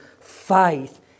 faith